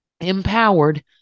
empowered